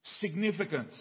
significance